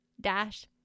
dash